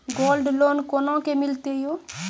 Gold loan कोना के मिलते यो?